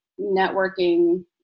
networking